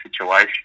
situation